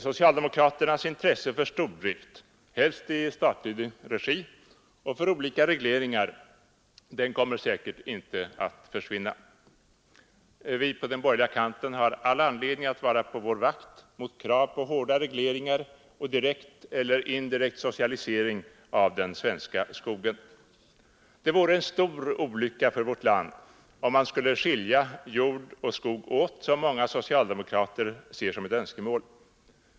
Socialdemokraternas intresse för stordrift — helst i statlig regi — och för olika regleringar kommer säkert inte att försvinna. Vi på den borgerliga kanten har all anledning att vara på vår vakt mot krav på hårda regleringar och direkt eller indirekt socialisering av den svenska skogen. Det vore en stor olycka för vårt land om man skulle skilja jord och skog åt som många socialdemokrater ser som ett önskemål.